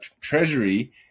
Treasury